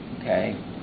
okay